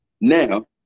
now